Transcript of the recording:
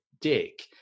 Dick